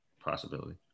possibility